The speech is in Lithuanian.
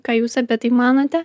ką jūs apie tai manote